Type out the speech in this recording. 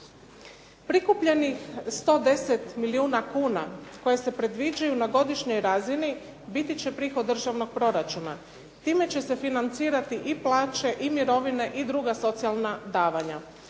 Prikupljenih 110 milijuna kuna koje se predviđaju na godišnjoj razini biti će prihod državnog proračuna. Time će se financirati i plaće i mirovine i druga socijalna davanja.